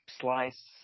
slice